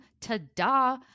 Ta-da